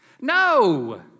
No